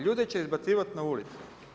Ljude će izbacivati na ulice.